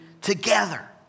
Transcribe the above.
together